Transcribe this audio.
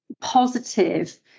positive